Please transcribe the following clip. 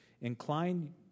Incline